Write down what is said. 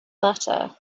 butter